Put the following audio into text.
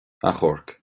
achomhairc